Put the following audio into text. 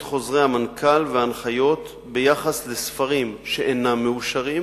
חוזרי המנכ"ל וההנחיות ביחס לספרים שאינם מאושרים,